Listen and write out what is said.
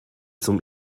zum